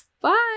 Bye